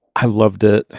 i loved it.